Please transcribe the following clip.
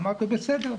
אמרתי לו 'בסדר',